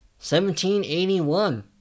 1781